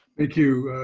thank you,